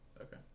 Okay